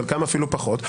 חלקם אפילו פחות,